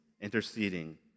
interceding